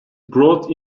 brought